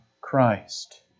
christ